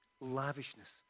lavishness